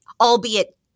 albeit